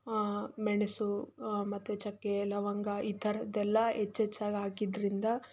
ಮೆಣಸು ಮತ್ತು ಚಕ್ಕೆ ಲವಂಗ ಈ ಥರದ್ದೆಲ್ಲ ಹೆಚ್ ಹೆಚ್ಚಾಗ್ ಹಾಕಿದ್ದರಿಂದ